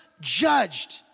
judged